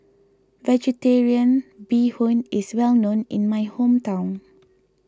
Vegetarian Bee Hoon is well known in my hometown